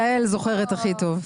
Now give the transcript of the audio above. יעל זוכרת הכי טוב.